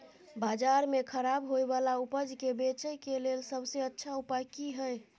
बाजार में खराब होय वाला उपज के बेचय के लेल सबसे अच्छा उपाय की हय?